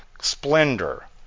splendor